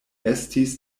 estis